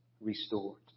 restored